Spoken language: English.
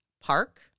park